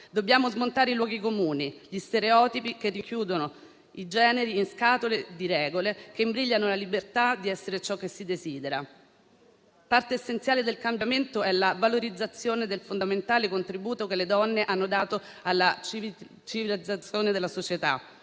Dobbiamo smontare i luoghi comuni, gli stereotipi che rinchiudono i generi in scatole di regole e imbrigliano la libertà di essere ciò che si desidera. Parte essenziale del cambiamento è la valorizzazione del fondamentale contributo che le donne hanno dato alla civilizzazione della società,